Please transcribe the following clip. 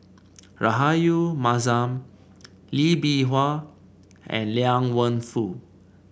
Rahayu Mahzam Lee Bee Wah and Liang Wenfu